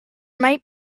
might